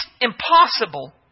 impossible